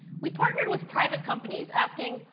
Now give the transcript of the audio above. we partnered with private companies, asking,